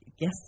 guess